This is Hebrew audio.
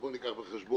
בואו ניקח בחשבון: